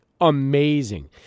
amazing